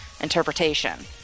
interpretation